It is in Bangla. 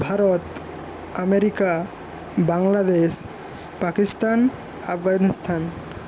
ভারত আমেরিকা বাংলাদেশ পাকিস্তান আফগানিস্তান